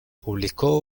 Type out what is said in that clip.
publicó